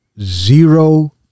zero